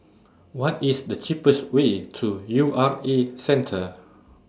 What IS The cheapest Way to U R A Centre